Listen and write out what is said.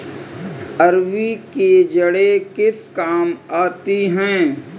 अरबी की जड़ें किस काम आती हैं?